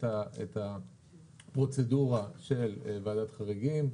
את הפרוצדורה של ועדת חריגים.